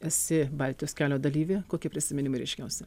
esi baltijos kelio dalyvė kokie prisiminimai ryškiausi